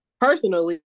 personally